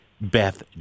Beth